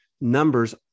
numbers